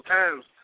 times